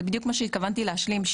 זה בדיוק מה שהתכוונתי להשלים.